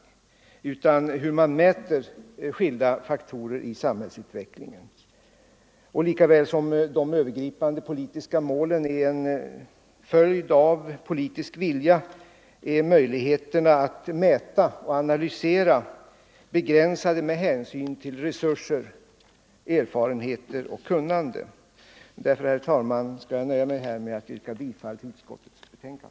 Här handlar det om hur man mäter skilda faktorer i samhällsutvecklingen. Lika väl som de övergripande politiska målen är en följd av politisk vilja är möjligheterna att mäta och analysera begränsade med hänsyn till resurser, erfarenheter och kunnande. Därför, herr talman, skall jag nöja mig här med att yrka bifall till utskottets hemställan.